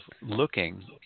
looking